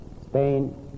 Spain